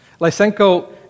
Lysenko